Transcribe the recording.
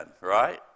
right